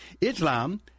Islam